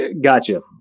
Gotcha